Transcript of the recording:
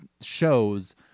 shows